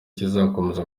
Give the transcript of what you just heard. kizakomeza